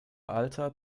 alter